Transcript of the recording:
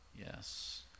yes